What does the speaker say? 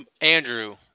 Andrew